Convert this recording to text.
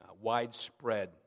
widespread